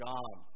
God